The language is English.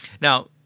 Now